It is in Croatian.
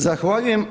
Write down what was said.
Zahvaljujem.